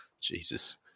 Jesus